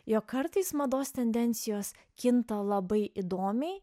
jog kartais mados tendencijos kinta labai įdomiai